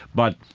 but,